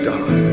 God